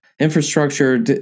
infrastructure